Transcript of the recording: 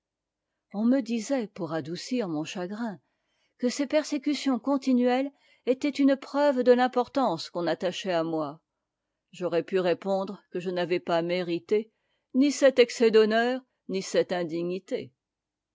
on me disait pour adoucir mon chagrin que ces persécutions continuelles étaient une preuve de l'importance qu'on attachait à moi j'aurais pu répondre que je n'avais mérité ni cet excès d'honneur ni cette indignité